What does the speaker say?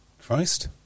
Christ